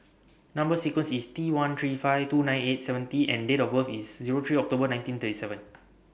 Number sequence IS T one three five two nine eight seven T and Date of birth IS Zero three October nineteen thirty seven